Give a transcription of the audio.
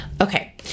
Okay